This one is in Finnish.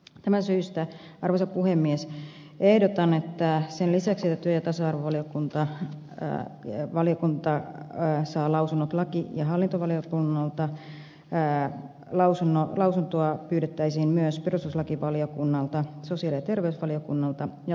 tästä syystä arvoisa puhemies ehdotan että sen lisäksi että työ ja tasa arvovaliokunta saa lausunnot laki ja hallintovaliokunnalta lausuntoa pyydettäisiin myös perustuslakivaliokunnalta sosiaali ja terveysvaliokunnalta ja ulkoasiainvaliokunnalta